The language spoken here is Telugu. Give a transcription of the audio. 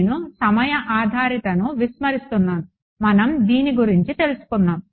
నేను సమయ ఆధారితతను విస్మరిస్తున్నాను మనం దీని గురించి తెలుసుకున్నాము